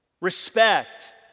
respect